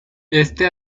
este